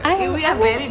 I I mean